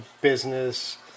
business